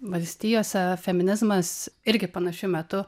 valstijose feminizmas irgi panašiu metu